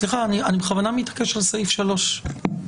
אני בכוונה מתעקש על סעיף קטן (3).